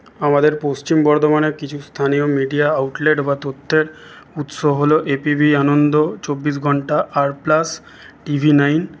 আমাদের পশ্চিম বর্ধমানে কিছু স্থানীয় মিডিয়া আউটলেট বা তথ্যের উৎস হল এবিপি আনন্দ চব্বিশ ঘন্টা আর প্লাস টিভি নাইন